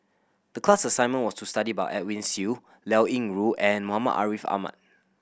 the class assignment was to study about Edwin Siew Liao Yingru and Muhammad Ariff Ahmad